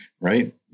right